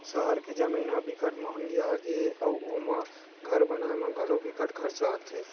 सहर के जमीन ह बिकट मंहगी हे अउ ओमा घर बनाए म घलो बिकट खरचा आथे